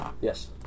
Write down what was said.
Yes